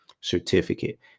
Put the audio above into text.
certificate